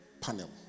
panel